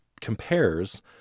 compares